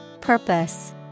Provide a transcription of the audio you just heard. Purpose